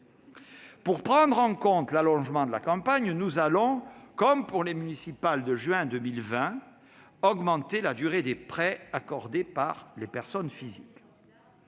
Pour prendre en compte l'allongement de la campagne, nous allons, comme pour les élections municipales de juin 2020, augmenter la durée des prêts accordés par les personnes physiques.